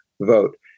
vote